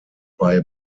bei